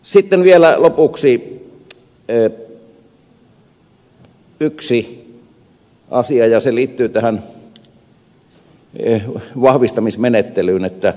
sitten vielä lopuksi yksi asia ja se liittyy tähän vahvistamismenettelyyn